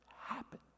happen